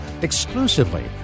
exclusively